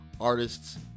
Artists